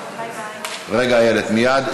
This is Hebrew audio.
איילת, רגע, איילת, מייד.